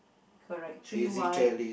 correct three white